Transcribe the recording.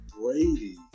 Brady